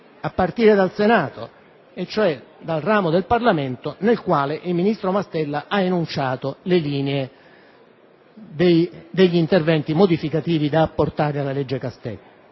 a partire dal Senato, cioè dal ramo del Parlamento davanti al quale il ministro Mastella ha enunciato le linee guida degli interventi modificativi da apportare alla cosiddetta legge Castelli.